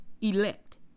elect